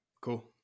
cool